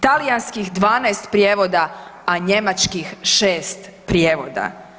Talijanskih 12 prijevoda, a njemačkih 6 prijevoda.